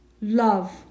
love